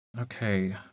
Okay